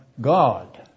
God